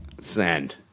Send